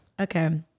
Okay